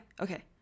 Okay